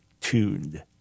tuned